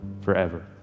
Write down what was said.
forever